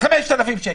5,000 שקל.